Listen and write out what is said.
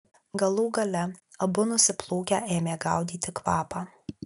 galų gale abu nusiplūkę ėmė gaudyti kvapą